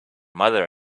mother